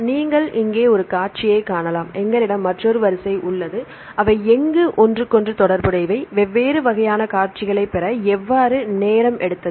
நீங்கள் இங்கே ஒரு காட்சியைக் காணலாம் எங்களிடம் மற்றொரு வரிசை உள்ளது அவை எவ்வாறு ஒன்றுக்கொன்று தொடர்புடையவை வெவ்வேறு வகையான காட்சிகளைப் பெற எவ்வளவு நேரம் எடுத்தது